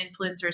influencers